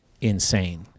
insane